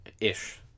Ish